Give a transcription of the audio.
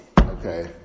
okay